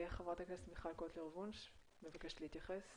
ח"כ מיכל קוטלר וונש את רוצה להתייחס?